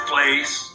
place